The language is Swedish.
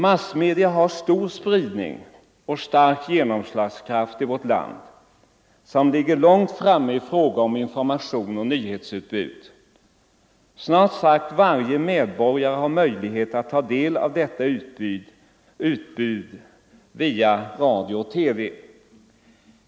Massmedia har stor spridning och stark genomslagskraft i vårt land och ligger långt framme i fråga om informationsoch nyhetsutbud. Snart sagt varje medborgare har möjlighet att ta del av detta utbud via radio och TV.